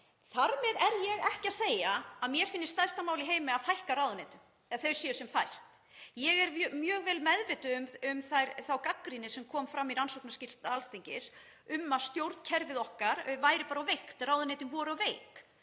Þar með er ég ekki að segja að mér finnist stærsta mál í heimi að fækka ráðuneytum, að þau séu sem fæst. Ég er mjög vel meðvituð um þá gagnrýni sem kom fram í rannsóknarskýrslu Alþingis um að stjórnkerfið okkar væri bara of veikt. Ráðuneytin voru of veik.